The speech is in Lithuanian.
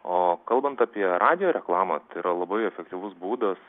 o kalbant apie radijo reklamą tai yra labai efektyvus būdas